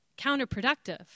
counterproductive